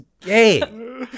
gay